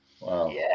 Wow